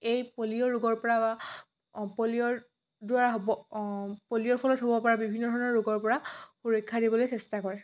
এই পলিঅ' ৰোগৰ পৰা বা পলিঅ'ৰ দ্বাৰা হ'ব অঁ পলিঅ'ৰ ফলত হ'ব পৰা বিভিন্ন ধৰণৰ ৰোগৰ পৰা সুৰক্ষা দিবলৈ চেষ্টা কৰে